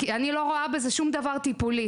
אני לא רואה בזה שום דבר טיפולי.